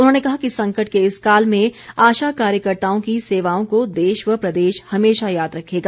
उन्होंने कहा कि संकट के इस काल में आशा कार्यकर्ताओं की सेवाओं को देश व प्रदेश हमेशा याद रखेगा